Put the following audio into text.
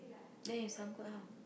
then if sangkut how